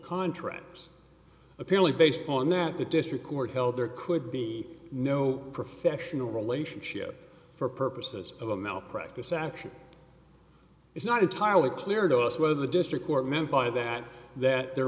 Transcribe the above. contractors a purely based on that the district court held there could be no professional relationship for purposes of a male practice action it's not entirely clear to us whether the district court meant by that that there